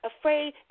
afraid